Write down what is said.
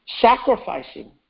Sacrificing